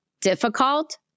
difficult